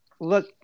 look